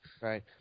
Right